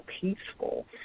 peaceful